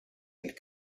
and